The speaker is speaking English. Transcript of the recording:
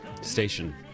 Station